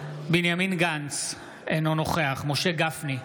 בנימין גנץ, אינו נוכח משה גפני,